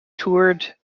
toured